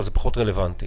אבל זה פחות רלוונטי.